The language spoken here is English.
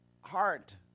heart